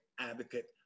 advocate